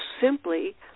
simply